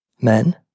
men